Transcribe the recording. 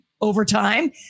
overtime